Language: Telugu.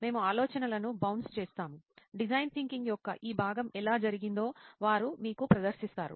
మేము ఆలోచనలను బౌన్స్ చేస్తాము డిజైన్ థింకింగ్ యొక్క ఈ భాగం ఎలా జరిగిందో వారు మీకు ప్రదర్శిస్తారు